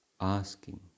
asking